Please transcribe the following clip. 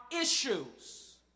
issues